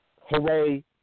Hooray